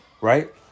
Right